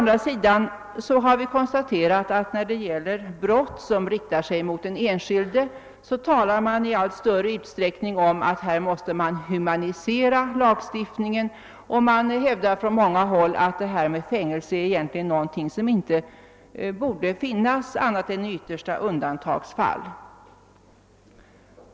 Däremot har vi konstaterat att när det är fråga om brott som riktar sig mot den enskilde talas det i allt större utsträckning om att man måste humanisera lagen, och från många håll hävdas att fängelsestraff egentligen är någonting som inte borde tillgripas annat än i yttersta undantagsfall.